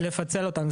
לפצל אותם.